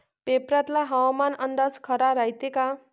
पेपरातला हवामान अंदाज खरा रायते का?